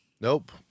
Nope